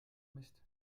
mist